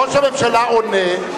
ראש הממשלה עונה,